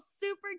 super